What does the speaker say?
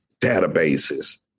Databases